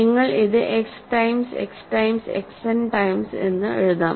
നിങ്ങൾക്ക് ഇത് X times X times X n times എന്ന് എഴുതാം